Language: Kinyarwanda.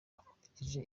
akurikije